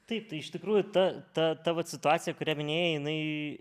taip tai iš tikrųjų ta ta ta vat situacija kurią minėjai jinai